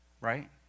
right